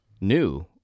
new